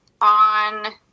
on